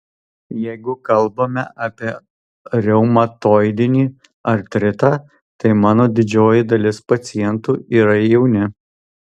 jeigu kalbame apie reumatoidinį artritą tai mano didžioji dalis pacientų yra jauni